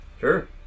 Sure